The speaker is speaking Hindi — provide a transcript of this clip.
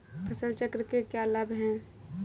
फसल चक्र के क्या लाभ हैं?